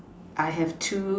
I have two